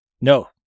No